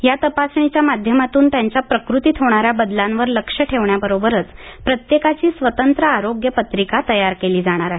या तपासणीच्या माध्यमातून त्यांच्या प्रकृतीत होणाऱ्या बदलांवर लक्ष ठेवण्याबरोबरच प्रत्येकाची स्वतंत्र आरोग्य पत्रिका तयार केली जाणार आहे